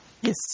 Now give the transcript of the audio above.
yes